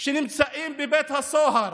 שנמצאים בבית סוהר,